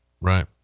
Right